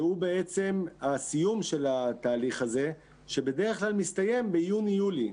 שהוא בעצם הסיום של התהליך הזה שבדרך כלל מסתיים ביוני יולי.